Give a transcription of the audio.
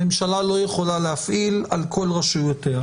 הממשלה לא יכולה להפעיל על כל רשויותיה.